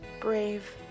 brave